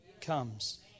comes